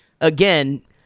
again